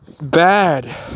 bad